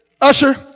usher